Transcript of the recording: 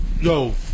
Yo